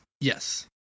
Yes